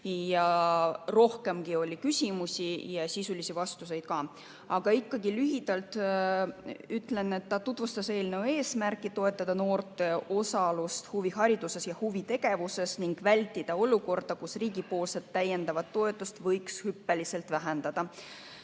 ja rohkem oli küsimusi ja sisulisi vastuseid ka. Aga ikkagi lühidalt ütlen, et ta tutvustas eelnõu eesmärki toetada noorte osalust huvihariduses ja huvitegevuses ning vältida olukorda, kus riigi täiendavat toetust võiks hüppeliselt vähendada.